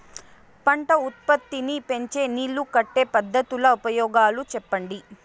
పంట ఉత్పత్తి నీ పెంచే నీళ్లు కట్టే పద్ధతుల ఉపయోగాలు చెప్పండి?